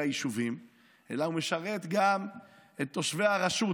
היישובים אלא הוא משרת גם את תושבי הרשות.